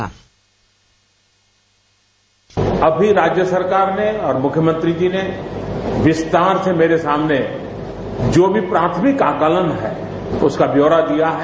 bite अभी राज्य सरकार ने और मुख्यमंत्री ने विस्तार से मेरे सामने जो भी प्राथमिक आकलन है उसका ब्यौरा दिया है